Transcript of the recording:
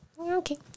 okay